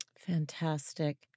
Fantastic